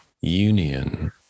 union